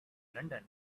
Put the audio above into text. london